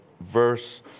verse